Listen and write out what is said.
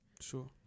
Sure